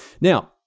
Now